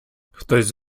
хтось